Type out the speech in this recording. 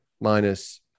minus